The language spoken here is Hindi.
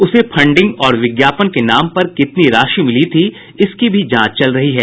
उसे फंडिंग और विज्ञापन के नाम पर कितनी राशि मिली थी इसकी भी जांच चल रही है